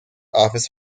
office